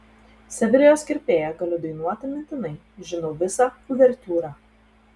sevilijos kirpėją galiu dainuoti mintinai žinau visą uvertiūrą